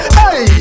hey